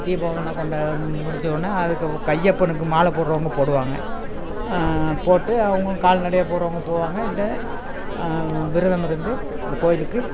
தீபம்லாம் முடிஞ்சோடன அதுக்கு ஐயப்பனுக்கு மாலை போடுறவங்க போடுவாங்க போட்டு அவங்க கால்நடையாக போகிறவுங்க போவாங்க இல்லை விரதம் இருந்து இந்த கோயிலுக்கு